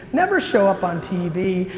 never show up on tv,